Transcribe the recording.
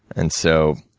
and so,